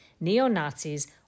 neo-Nazis